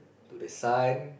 to the son